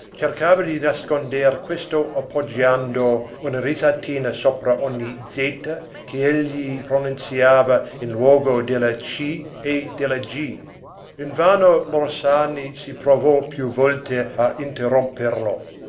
cercava di nasconder questo appoggiando una risatina sopra ogni zeta ch'egli pronunziava in luogo della c e della g invano l'orsani si provò più volte a interromperlo